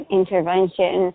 intervention